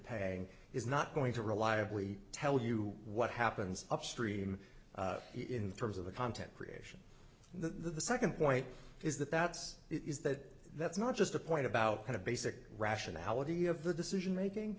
paying is not going to reliably tell you what happens upstream in terms of the content creation the second point is that that's it is that that's not just a point about kind of basic rationality of the decision making